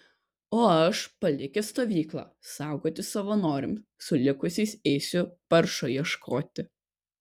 o aš palikęs stovyklą saugoti savanoriams su likusiais eisiu paršo ieškoti